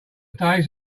days